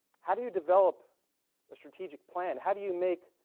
how do you develop a strategic plan how do you make